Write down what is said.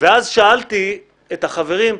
ואז שאלתי את החברים: